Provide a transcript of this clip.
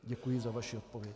Děkuji za vaši odpověď.